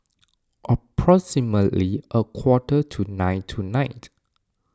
approximately a quarter to nine tonight